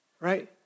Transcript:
right